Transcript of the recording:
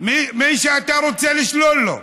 מי שאתה רוצה לשלול לו.